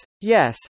Yes